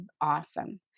awesome